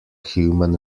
human